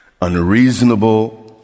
unreasonable